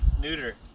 neuter